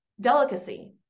delicacy